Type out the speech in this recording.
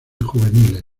juveniles